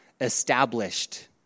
established